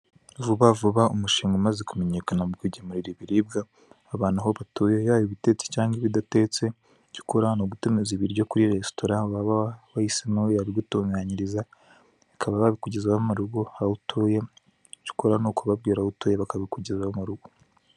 Vuba vuba umushinga umaze kumenyeka mu kugemurira ibiribwa abantu aho batuye, yaba ibitetse cyangwa ibidatetse, icyo ukora ni ugutumiza ibiryo kuri resitora aho uba wahisemo babigutunganyiriza, bakaba babikugezaho mu rugo aho utuye, icyo ukora ni ukubabwira aho utuye bakabikugezaho mu rugo.